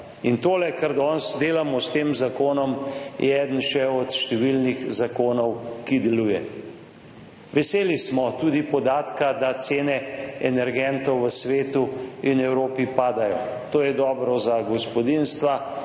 In tole, kar danes delamo s tem zakonom, je eden še od številnih zakonov, ki deluje. Veseli smo tudi podatka, da cene energentov v svetu in Evropi padajo. To je dobro za gospodinjstva,